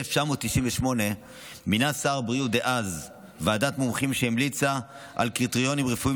ב-1998 מינה שר הבריאות דאז ועדת מומחים שהמליצה על קריטריונים רפואיים